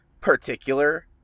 particular